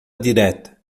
direta